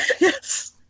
yes